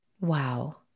Wow